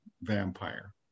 vampire